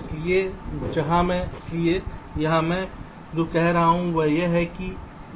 इसलिए यहां मैं जो कह रहा हूं वह यह है कि